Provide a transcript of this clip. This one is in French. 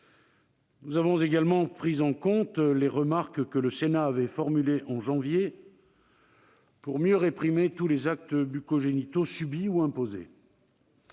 Nous avons également pris en compte les remarques que le Sénat avait formulées en janvier dernier pour mieux réprimer tous les actes bucco-génitaux subis ou imposés.